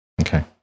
okay